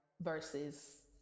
versus